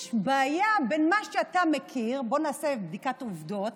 יש בעיה בין מה שאתה מכיר, בוא נעשה בדיקת עובדות,